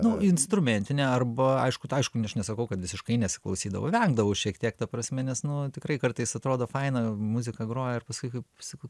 nu instrumentinė arba aišku aišku aš nesakau kad visiškai nesiklausydavau vengdavau šiek tiek ta prasme nes nu tikrai kartais atrodo faina muzika groja ir paskui kai sakau